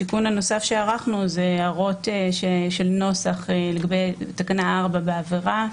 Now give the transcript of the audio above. התיקון הנוסף שערכנו זה הערות נוסח לגבי תקנה 4 בעבירה,